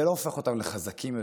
זה לא הופך אותנו לחזקים יותר.